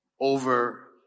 over